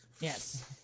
Yes